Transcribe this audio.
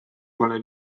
pole